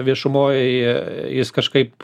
viešumoj jis kažkaip